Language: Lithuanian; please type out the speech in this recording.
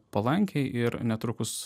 palankiai ir netrukus